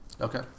Okay